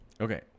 okay